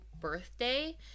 birthday